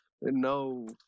no